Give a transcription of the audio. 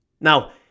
Now